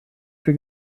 für